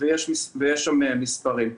ויש שם גם מספרים.